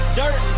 dirt